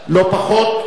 (חבר הכנסת רוברט טיבייב יוצא מאולם המליאה.) לא פחות,